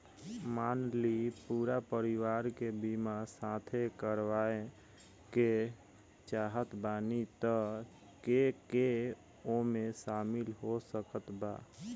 मान ली पूरा परिवार के बीमाँ साथे करवाए के चाहत बानी त के के ओमे शामिल हो सकत बा?